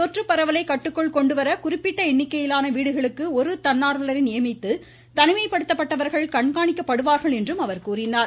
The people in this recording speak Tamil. தொற்று பரவலை கட்டுக்குள் கொண்டு வர குறிப்பிட்ட எண்ணிக்கையிலான வீடுகளுக்கு ஒரு தன்னார்வலரை நியமித்து தனிமைப்படுத்தப்பட்டவர்கள் கண்காணிக்கப்படுவார்கள் என்றும் அவர் கூறினார்